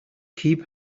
keep